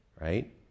right